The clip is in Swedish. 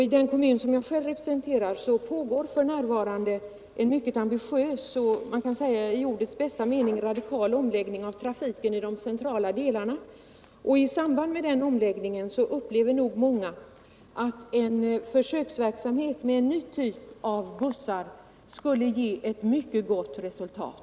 I den kommun som jag själv representerar pågår f. n. en mycket ambitiös och, kan man säga, i ordets bästa mening radikal omläggning av trafiken i de centrala delarna. I samband med den omläggningen upplever nog många att en försöksverksamhet med en ny typ av bussar skulle ge ett mycket gott resultat.